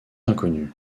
inconnus